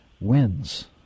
wins